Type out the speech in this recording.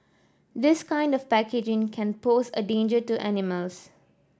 this kind of packaging can pose a danger to animals